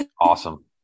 Awesome